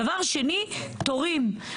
דבר שני, תורים.